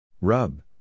Rub